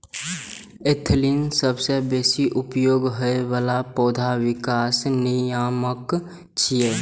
ethylene सबसं बेसी उपयोग होइ बला पौधा विकास नियामक छियै